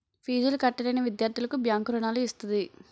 ఫీజులు కట్టలేని విద్యార్థులకు బ్యాంకు రుణాలు ఇస్తది